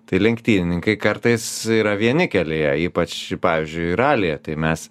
tai lenktynininkai kartais yra vieni kelyje ypač pavyzdžiui ralyje tai mes